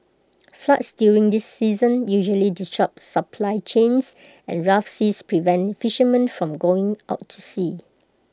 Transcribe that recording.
floods during this season usually disrupt supply chains and rough seas prevent fishermen from going out to sea